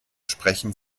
sprachen